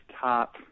top